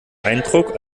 eindruck